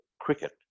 cricket